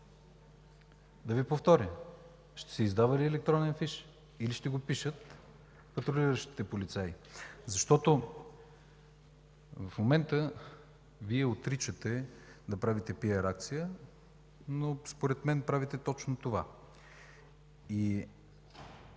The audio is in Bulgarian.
Да Ви повторя: ще се издава ли електронен фиш, или ще го пишат патрулиращите полицаи? В момента Вие отричате да правите пиар акция, но според мен правите точно това.